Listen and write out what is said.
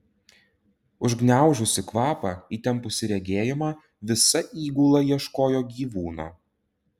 užgniaužusi kvapą įtempusi regėjimą visa įgula ieškojo gyvūno